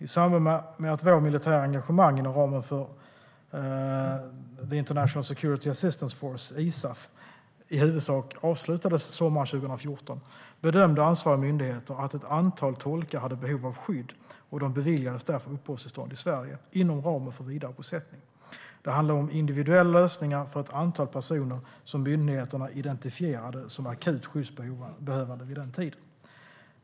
I samband med att vårt militära engagemang inom ramen för International Security Assistance Force, ISAF, i huvudsak avslutades sommaren 2014 bedömde ansvariga myndigheter att ett antal tolkar hade behov av skydd, och de beviljades därför uppehållstillstånd i Sverige inom ramen för vidarebosättning. Det handlade om individuella lösningar för ett antal personer som myndigheterna identifierade som akut skyddsbehövande vid den tiden.